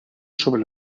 sobre